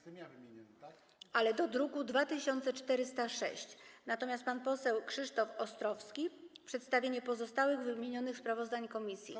Tak, ale do druku 2406, natomiast pan poseł Krzysztof Ostrowski do przedstawienia pozostałych wymienionych sprawozdań komisji.